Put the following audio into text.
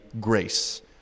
grace